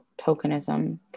tokenism